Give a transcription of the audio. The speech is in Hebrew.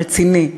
רציני,